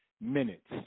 minutes